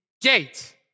gate